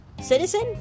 citizen